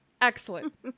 Excellent